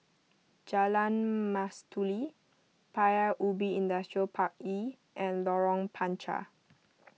Jalan Mastuli Paya Ubi Industrial Park E and Lorong Panchar